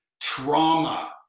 trauma